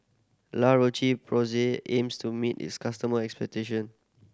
La Roche Porsay aims to meet its customer expectation